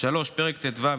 פרק ט"ו,